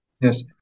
Yes